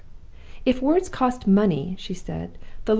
if words cost money, she said,